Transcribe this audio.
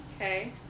Okay